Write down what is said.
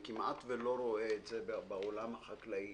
אני כמעט ולא רואה את זה בעולם החקלאי